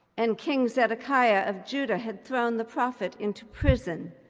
and king zedekiah of judah had thrown the prophet into prison,